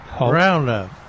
Roundup